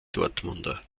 dortmunder